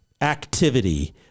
activity